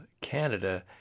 Canada